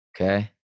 Okay